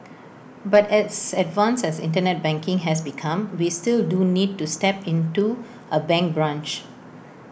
but as advanced as Internet banking has become we still do need to step into A bank branch